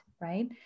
right